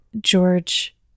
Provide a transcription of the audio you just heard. George